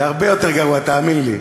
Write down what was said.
זה הרבה יותר גרוע, תאמין לי.